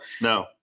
no